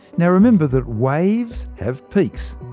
now remember that waves have peaks.